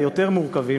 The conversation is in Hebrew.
היותר-מורכבים,